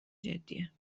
جدیه